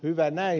hyvä näin